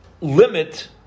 limit